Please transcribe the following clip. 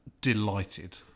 Delighted